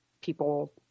people –